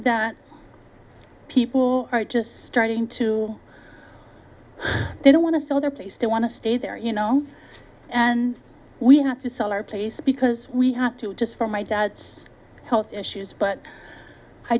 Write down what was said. that people are just starting to they don't want to sell their place they want to stay there you know and we have to sell our place because we have to just for my dad's health issues but i